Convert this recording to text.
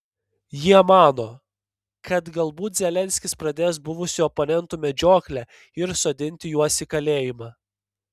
jie mano kad galbūt zelenskis pradės buvusių oponentų medžioklę ir sodinti juos į kalėjimą